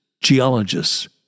geologists